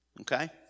Okay